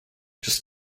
just